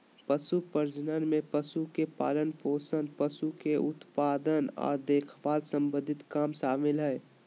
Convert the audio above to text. पशु प्रजनन में पशु के पालनपोषण, पशु के उत्पादन आर देखभाल सम्बंधी काम शामिल हय